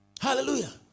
Hallelujah